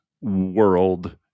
world